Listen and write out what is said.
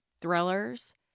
thrillers